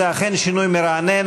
זה אכן שינוי מרענן,